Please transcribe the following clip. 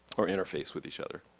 or interface with each other.